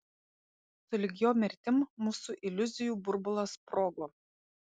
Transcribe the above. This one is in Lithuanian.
sulig jo mirtim mūsų iliuzijų burbulas sprogo